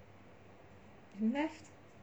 you left